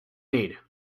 need